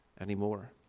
anymore